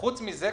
חוץ מזה,